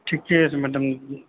ठीके अछि मैडम